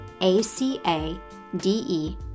A-C-A-D-E